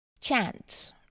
Chance